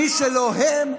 ומי שלא הם,